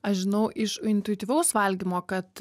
aš žinau iš intuityvaus valgymo kad